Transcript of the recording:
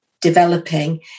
developing